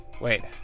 wait